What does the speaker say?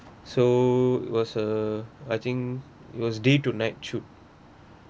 so was a I think it was day to night shoot